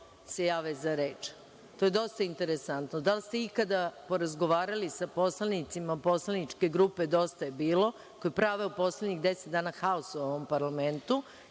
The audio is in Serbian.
jave za reč? To je dosta interesantno. Da li ste ikada porazgovarali sa poslanicima Poslaničke grupe Dosta je bilo, koji prave u poslednjih deset dana haos u ovom parlamentu